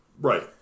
Right